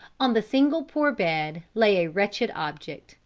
on the single poor bed lay a wretched object,